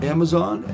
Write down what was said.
Amazon